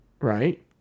right